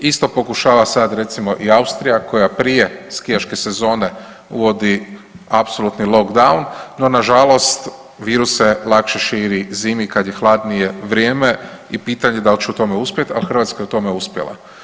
Isto pokušava sad recimo i Austrija koja prije skijaške sezone uvodi apsolutni lockdown, no na žalost virus se lakše širi zimi kad je hladnije vrijeme i pitanje je da li će u tome uspjeti, a Hrvatska je u tome uspjela.